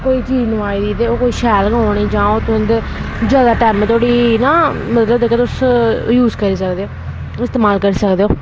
कोई चीज नोआई दी ते ओह् कोई शैल के औनी जां ओह् तुं'दे ज्यादा टैमा धोड़ी ना तुस यूज करी सकदे इस्तेमाल करी सकदे